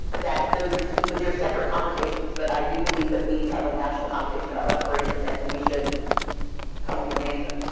that those are two but they're separate conversations. but i do believe that we need to have a national conversation about reparations. and that we should come up with an answer.